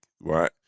right